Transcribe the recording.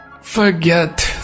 Forget